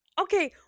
Okay